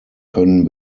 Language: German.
können